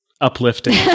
uplifting